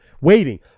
Waiting